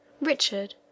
Richard